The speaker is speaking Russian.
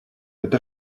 это